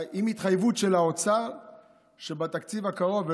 עם התחייבות של האוצר שבתקציב הקרוב,